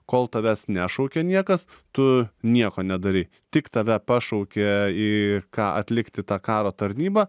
kol tavęs nešaukia niekas tu nieko nedarei tik tave pašaukė į ką atlikti tą karo tarnybą